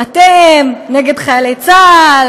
"אתם נגד חיילי צה"ל",